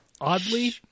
oddly